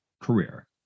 career